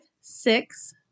six